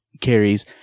carries